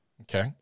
Okay